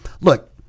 look